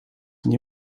nie